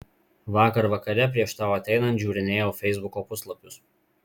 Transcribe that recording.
vakar vakare prieš tau ateinant žiūrinėjau feisbuko puslapius